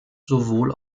sowohl